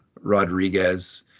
Rodriguez